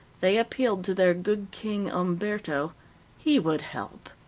they appealed to their good king umberto he would help.